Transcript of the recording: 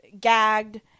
gagged